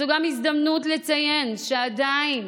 זו גם ההזדמנות לציין שעדיין,